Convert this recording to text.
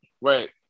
Wait